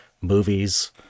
movies